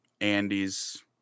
Andy's